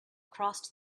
crossed